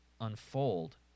unfold